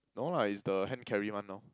no lah is the hand carry one lor